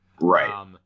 Right